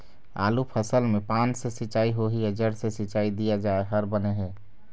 आलू फसल मे पान से सिचाई होही या जड़ से सिचाई दिया जाय हर बने हे?